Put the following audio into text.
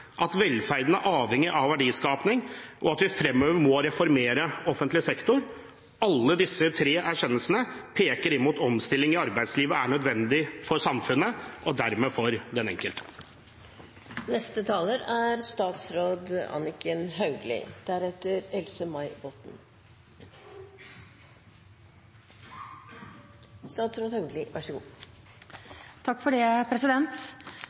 at velferden er avhengig av verdiskaping, og at vi fremover må reformere offentlig sektor. Alle disse tre erkjennelsene peker inn mot omstilling i arbeidslivet og er nødvendig for samfunnet og dermed for den enkelte. Regjeringens viktigste oppgave er å føre en politikk som trygger arbeidsplasser, og som legger til rette for at det